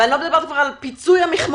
ואני לא מדברת כבר על פיצוי המכמורתנים,